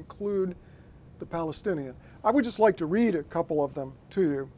include the palestinian i would just like to read a couple of them to